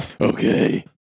Okay